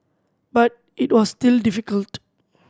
but it was still difficult